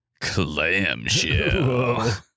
clamshell